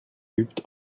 übt